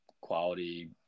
quality